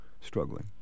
struggling